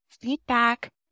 feedback